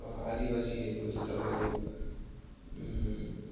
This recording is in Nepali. आदिवासीहरूको चाहिँ तपाईँको